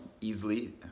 easily